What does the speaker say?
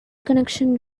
connection